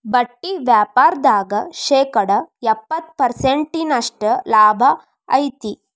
ಬಟ್ಟಿ ವ್ಯಾಪಾರ್ದಾಗ ಶೇಕಡ ಎಪ್ಪ್ತತ ಪರ್ಸೆಂಟಿನಷ್ಟ ಲಾಭಾ ಐತಿ